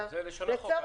זה לשון החוק.